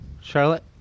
charlotte